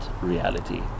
reality